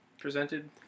presented